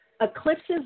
Eclipses